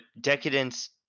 decadence